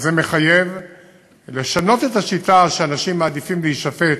זה מחייב לשנות את השיטה שאנשים מעדיפים להישפט,